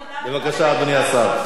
אני מודה, בבקשה, אדוני השר.